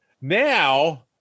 now